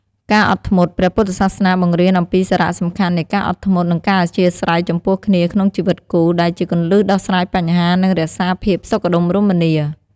ការអត់ធ្មត់ ព្រះពុទ្ធសាសនាបង្រៀនអំពីសារៈសំខាន់នៃការអត់ធ្មត់ និងការអធ្យាស្រ័យចំពោះគ្នាក្នុងជីវិតគូ ដែលជាគន្លឹះដោះស្រាយបញ្ហា និងរក្សាភាពសុខដុមរមនា។